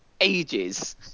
ages